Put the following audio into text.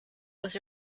was